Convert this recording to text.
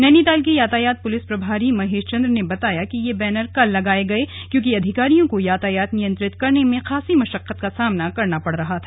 नैनीताल के यातायात पुलिस प्रभारी महेश चंद्र ने बताया कि ये बैनर कल लगाए गए क्योंकि अधिकारियों को यातायात नियंत्रित करने में खासी मशक्कत का सामना करना पड़ रहा था